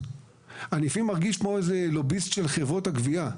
אני לפעמים מרגיש כמו איזה לוביסט של חברות הגבייה,